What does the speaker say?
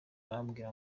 arambwira